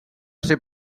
ser